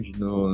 no